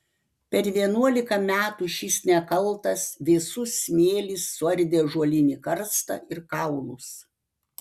per vienuolika metų šis nekaltas vėsus smėlis suardė ąžuolinį karstą ir kaulus